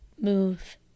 move